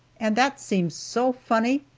and that seemed so funny.